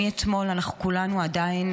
מאתמול כולנו אתמול עדיין